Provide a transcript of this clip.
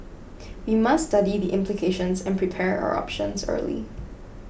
we must study the implications and prepare our options early